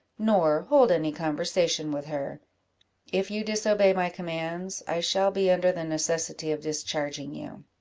nor hold any conversation with her if you disobey my commands, i shall be under the necessity of discharging you.